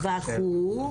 והטווח הוא?